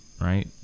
Right